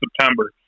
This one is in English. September